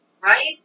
Right